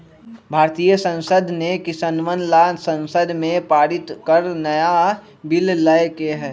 भारतीय संसद ने किसनवन ला संसद में पारित कर नया बिल लय के है